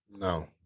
No